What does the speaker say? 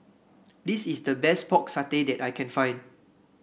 this is the best Pork Satay that I can find